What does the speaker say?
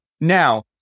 Now